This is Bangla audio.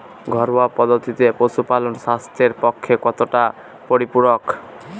ঘরোয়া পদ্ধতিতে পশুপালন স্বাস্থ্যের পক্ষে কতটা পরিপূরক?